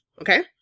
okay